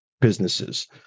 businesses